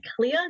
clear